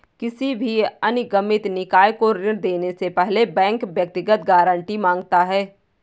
किसी भी अनिगमित निकाय को ऋण देने से पहले बैंक व्यक्तिगत गारंटी माँगता है